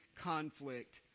conflict